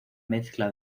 mezcla